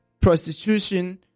prostitution